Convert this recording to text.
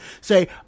Say